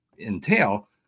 entail